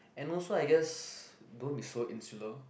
and also I guess don't be so insular